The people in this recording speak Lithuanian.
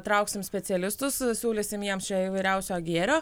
trauksim specialistus siūlysim jiems čia įvairiausio gėrio